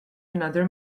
another